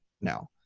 now